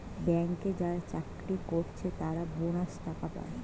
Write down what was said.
ব্যাংকে যারা চাকরি কোরছে তারা বোনাস টাকা পায়